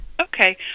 Okay